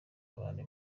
abandi